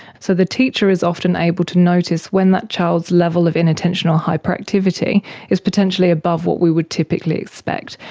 so the teacher is often able to notice when that child's level of inattention or hyperactivity is potentially above what we would typically expect,